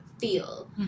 Feel